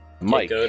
Mike